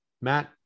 matt